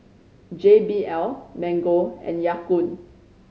J B L Mango and Ya Kun